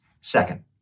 Second